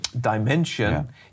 dimension